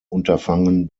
unterfangen